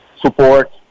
support